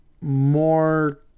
more